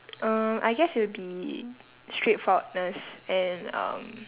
um I guess it would be straightforwardness and um